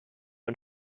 und